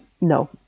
no